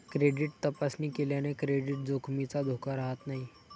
credit तपासणी केल्याने credit जोखमीचा धोका राहत नाही